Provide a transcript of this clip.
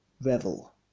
revel